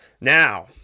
Now